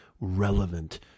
relevant